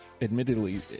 admittedly